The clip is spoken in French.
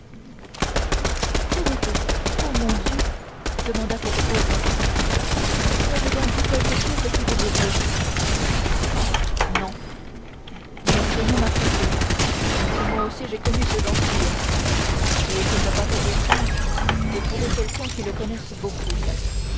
quoi qu'avez-vous oh mon dieu demanda cette pauvre femme aije donc dit quelque chose qui vous ait blessée non mais ce nom m'a frappée parce que moi aussi j'ai connu ce gentilhomme et qu'il me paraît étrange de trouver quelqu'un qui le connaisse beaucoup